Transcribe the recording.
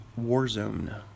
Warzone